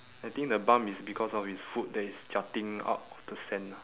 I think the bump is because of his foot that is jutting out of the sand lah